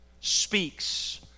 speaks